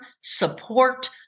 support